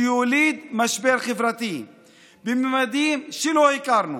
שיוליד משבר חברתי בממדים שלא הכרנו.